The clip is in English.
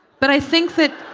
but i think that